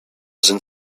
sind